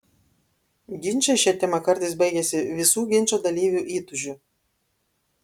ginčai šia tema kartais baigiasi visų ginčo dalyvių įtūžiu